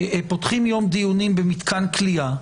פותחים יום דיונים במתקן כליאה,